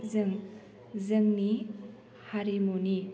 जों जोंनि हारिमुनि